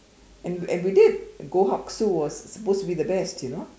and we did Goh-Hak-Su was supposed to be the best you know